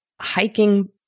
hiking